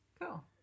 Cool